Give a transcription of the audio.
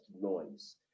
noise